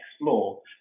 explore